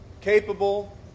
capable